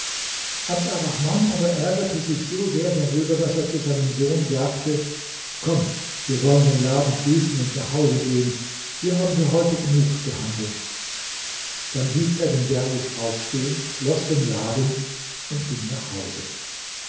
arrahman aber ärgerte sich so sehr darüber daß er zu seinem sohne sagte komm wir wollen den laden schließen und nach hause gehen wir haben für heute genug gehandelt dann hieß er den derwisch aufstehen schloß den laden und ging nach hause